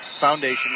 Foundation